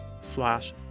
slash